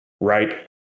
Right